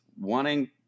wanting